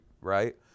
right